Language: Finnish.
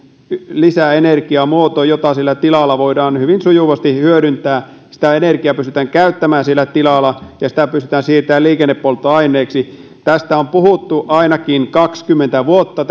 lisäenergiamuoto jota siellä tilalla voidaan hyvin sujuvasti hyödyntää sitä energiaa pystytään käyttämään siellä tilalla ja sitä pystytään siirtämään liikennepolttoaineeksi tästä biokaasusta on puhuttu ainakin kaksikymmentä vuotta